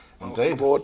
Indeed